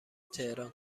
تهران